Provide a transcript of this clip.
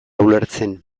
ulertzen